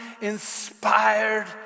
inspired